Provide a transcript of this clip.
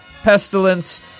Pestilence